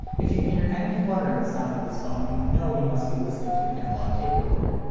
if you hear any flutter in the sound of this phone, you know you must be listening to an analog tape recording.